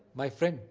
my friend.